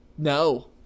No